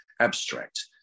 abstract